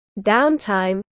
downtime